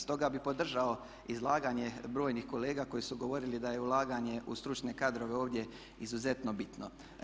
Stoga bih podržao izlaganje brojnih kolega koji su govorili da je ulaganje u stručne kadrove ovdje izuzetno bitno.